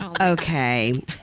Okay